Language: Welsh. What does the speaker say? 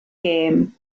gêm